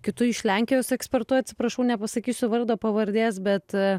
kitu iš lenkijos ekspertu atsiprašau nepasakysiu vardo pavardės bet